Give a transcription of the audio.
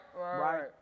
right